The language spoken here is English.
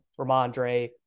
Ramondre